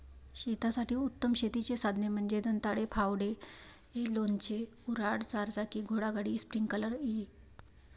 शेतासाठी उत्तम शेतीची साधने म्हणजे दंताळे, फावडे, लोणचे, कुऱ्हाड, चारचाकी घोडागाडी, स्प्रिंकलर इ